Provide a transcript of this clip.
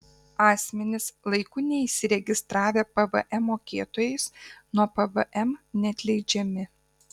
asmenys laiku neįsiregistravę pvm mokėtojais nuo pvm neatleidžiami